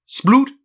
Sploot